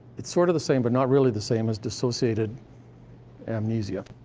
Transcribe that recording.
it's sort of the same but not really the same as dissociative amnesia.